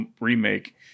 remake